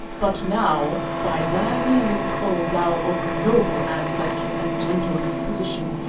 but now, by thy means, o thou of noble ancestors and gentle disposition,